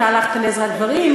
אתה הלכת לעזרת גברים,